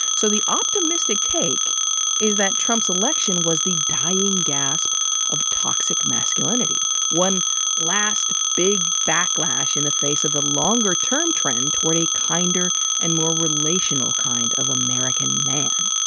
so the optimistic take is that trump's election was the dying gasp of toxic masculinity one last big backlash in the face of the longer-term trend toward a kinder and more relational kind of american man.